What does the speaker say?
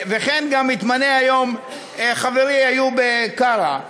וכן גם מתמנה היום חברי איוב קרא,